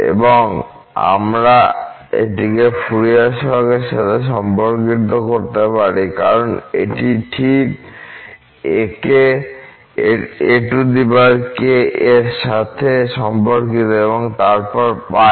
এবং আবার আমরা এটিকে ফুরিয়ার সহগের সাথে সম্পর্কিত করতে পারি কারণ এটি ঠিক a k এর সাথে সম্পর্কিত এবং তারপর π